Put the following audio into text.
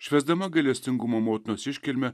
švęsdama gailestingumo motinos iškilmę